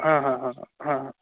हँ हँ हँ हँ हँ